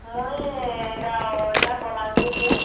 ମୁଇଁ ଇ'ଟା ଅଛେ ବଲାଙ୍ଗୀର୍ ନେ